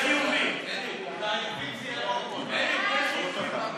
סעיפים 2 10, כהצעת הוועדה, נתקבלו.